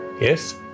Yes